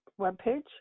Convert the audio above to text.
webpage